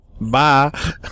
Bye